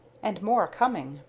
and more coming.